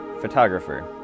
photographer